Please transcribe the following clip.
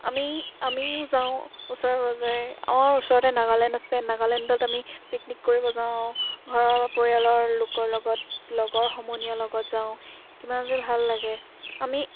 আমি আমিও যাওঁ ওচৰে পাজৰে আমাৰ ওচৰতে নাগালেণ্ড আছে নাগালেণ্ডত আমি পিকনিক কৰিব যাওঁ ঘৰৰ পৰিয়ালৰ লোকৰ লগত লগৰ সমনীয়াৰ লগত যাওঁ কিমান যে ভাল লাগে আমি